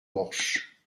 porche